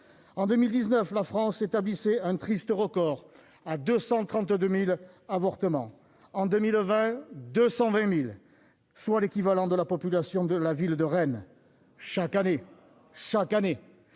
En 2019, la France établissait un triste record, à 232 000 avortements. En 2020, elle en totalisait 220 000, soit l'équivalent de la population de la ville de Rennes, chaque année !